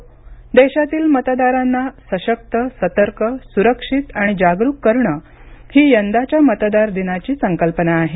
देशातील मतदारांना सशक्त सतर्क सुरक्षित आणि जागरूक करणं ही यंदाच्या मतदार दिनाची संकल्पना आहे